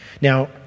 Now